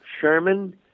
Sherman